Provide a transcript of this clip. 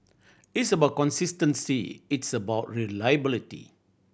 it's about consistency it's about reliability